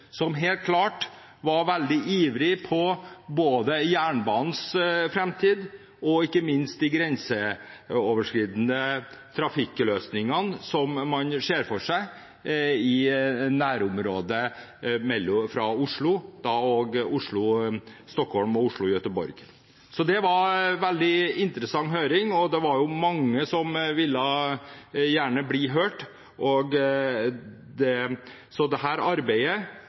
som helt klart var veldig ivrige på både jernbanens framtid eller ikke minst de grenseoverskridende trafikkløsningene som man ser for seg i nærområdet fra Oslo – da Oslo–Stockholm og Oslo–Göteborg. Det var en veldig interessant høring, og det var mange som gjerne ville bli hørt. Så dette arbeidet